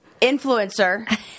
influencer